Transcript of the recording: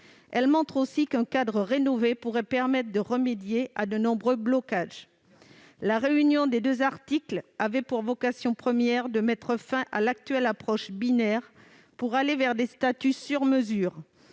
Elles montrent aussi qu'un cadre rénové pourrait permettre de remédier à de nombreux blocages. La réunion des articles 73 et 74 de la Constitution avait pour vocation première de mettre fin à l'actuelle approche binaire pour aller vers des statuts sur mesure.